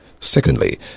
Secondly